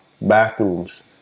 bathrooms